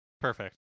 Perfect